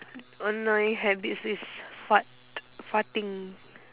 annoying habits is fart farting